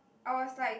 I was like